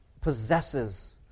possesses